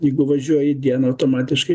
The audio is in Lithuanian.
jeigu važiuoji dieną automatiškai